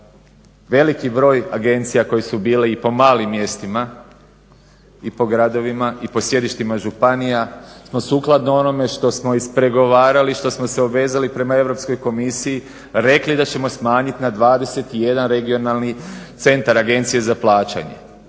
Veliki broj agencija koji su bili i po malim mjestima i po gradovima i po sjedištima županija smo sukladno onome što smo ispregovarali, što smo se obvezali prema Europskoj komisiji rekli da ćemo smanjit na 21 regionalni centar Agencije za plaćanje.